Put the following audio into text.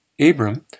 Abram